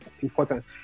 important